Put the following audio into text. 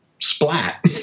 splat